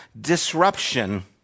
disruption